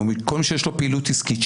או כל מי שיש לו פעילות עסקית,